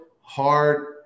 hard